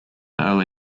early